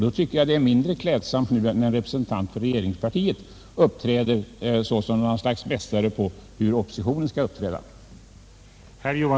Det är därför mindre klädsamt när en representant för regeringspartiet agerar som ett slags expert på hur oppositionen skall uppträda.